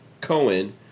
Cohen